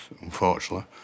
unfortunately